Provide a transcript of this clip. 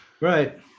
right